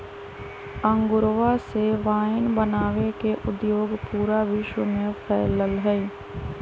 अंगूरवा से वाइन बनावे के उद्योग पूरा विश्व में फैल्ल हई